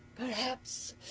perhaps.